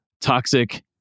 toxic